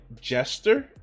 jester